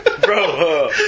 bro